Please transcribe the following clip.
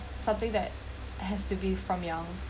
something that has to be from young